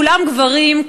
כולם גברים,